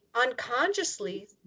unconsciously